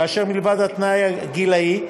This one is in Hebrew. כאשר מלבד התנאי הגילאי,